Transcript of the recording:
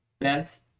best